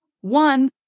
One